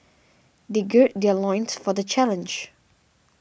they gird their loins for the challenge